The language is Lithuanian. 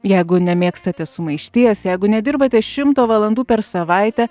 jeigu nemėgstate sumaišties jeigu nedirbate šimto valandų per savaitę